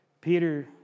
Peter